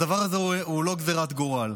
הדבר הזה הוא לא גזרת גורל.